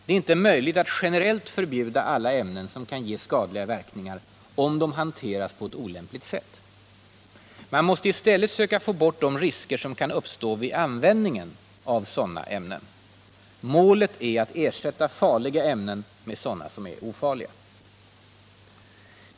Det är inte möjligt att generellt förbjuda alla ämnen som kan ge skadliga verkningar om de hanteras på ett olämpligt sätt. Man måste i stället söka få bort de risker som kan uppstå vid användningen av sådana ämnen. Målet är att ersätta farliga ämnen med sådana som är ofarliga.